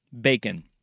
Bacon